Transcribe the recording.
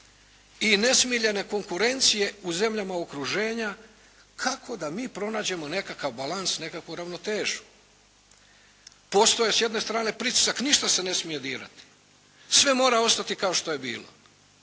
i nesmiljene konkurencije u zemljama okruženja, kako da mi pronađemo nekakav balans, nekakvu ravnotežu. Postoji s jedne strane pritisak ništa se ne smije dirati, sve mora ostati kao što je bilo.